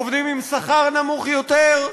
עובדים עם שכר נמוך יותר,